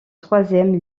troisième